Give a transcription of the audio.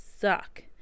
suck